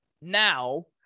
now